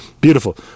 Beautiful